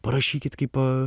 parašykit kaip e